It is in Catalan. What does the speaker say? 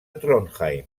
trondheim